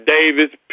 Davis